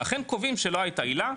אכן קובעים שלא הייתה עילה,